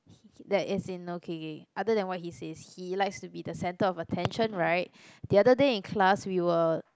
he he that is in okay okay other than what he says he likes to be the center of attention right the other day in class we were